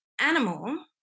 animal